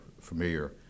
familiar